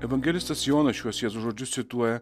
evangelistas jonas šiuos jėzaus žodžius cituoja